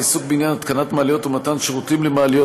העיסוק בהתקנת מעליות ובמתן שירות למעליות